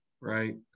right